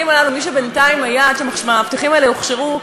מי שבינתיים היה עד שהמאבטחים האלה הוכשרו,